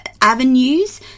avenues